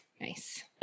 Nice